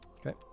Okay